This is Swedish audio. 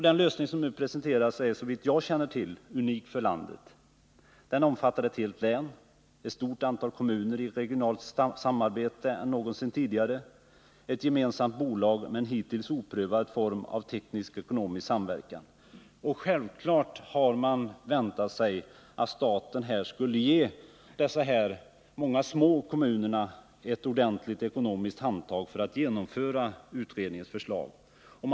Den lösning som nu presenteras är, såvitt jag känner till, unik för landet. Den omfattar ett helt län, ett större antal kommuner i regionalt samarbete än någonsin tidigare, ett gemensamt bolag med en hittills oprövad form av teknisk-ekonomisk samverkan. Självklart hade man väntat sig att staten skulle ge flertalet av dessa små kommuner ett ordentligt ekonomiskt handtag för att utredningens förslag skall kunna genomföras.